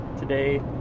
Today